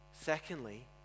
Secondly